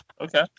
Okay